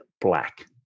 Black